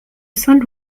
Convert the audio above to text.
saint